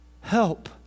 help